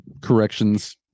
corrections